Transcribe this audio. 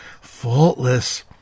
faultless